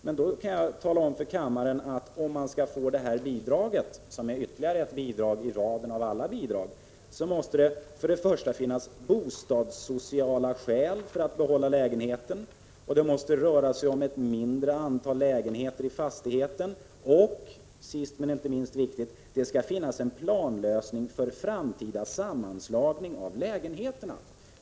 Men för att man skall få det här bidraget — som är ytterligare ett bidrag i raden av alla bidrag — måste man ha bostadssociala skäl för att behålla lägenheten, det måste röra sig om ett mindre antal lägenheter i fastigheten och, sist men inte minst, måste det finnas en planlösning för en framtida sammanslagning av lägenheterna.